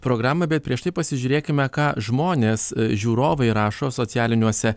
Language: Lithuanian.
programą bet prieš tai pasižiūrėkime ką žmonės žiūrovai rašo socialiniuose